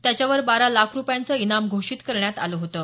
त्याच्यावर बारा लाख रुपयांचं इनाम घोषित करण्यात आलं होतं